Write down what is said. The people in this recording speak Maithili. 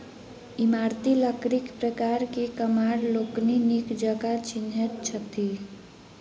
इमारती लकड़ीक प्रकार के कमार लोकनि नीक जकाँ चिन्हैत छथि